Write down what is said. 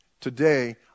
Today